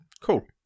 cool